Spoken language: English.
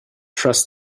trust